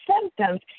symptoms